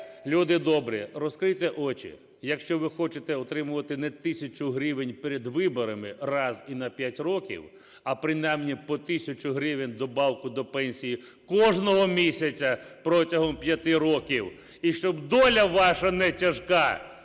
люди добрі, розкрийте очі. Якщо ви хочете отримувати не тисячу гривень перед виборами раз і на 5 років, а принаймні по тисячі гривень добавку до пенсії кожного місяця протягом 5 років, і щоб доля ваша не тяжка,